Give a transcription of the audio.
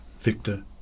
victor